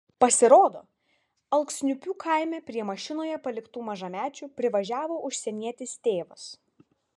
pasirodo alksniupių kaime prie mašinoje paliktų mažamečių privažiavo užsienietis tėvas